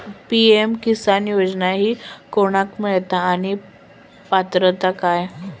PM Kisan योजना ही कोणाक मिळता आणि पात्रता काय?